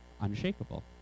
unshakable